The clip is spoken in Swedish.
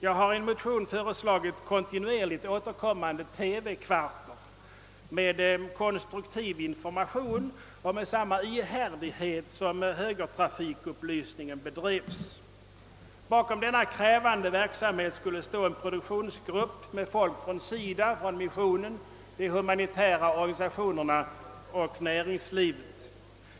Jag har i en motion föreslagit en kontinuerligt återkommande TV kvart med konstruktiv information, bedriven lika ihärdigt som högertrafikupplysningen på sin tid. Bakom denna krävande verksamhet skulle stå en produktionsgrupp med personer från SIDA, missionen, de humanitära organisationerna och näringslivet.